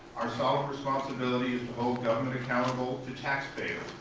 our solemn responsibility is to hold government accountable to taxpayers,